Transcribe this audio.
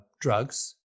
drugs